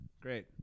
great